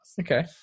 Okay